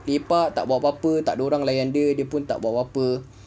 lepak tak buat apa-apa tak ada orang layan dia dia pun tak buat apa-apa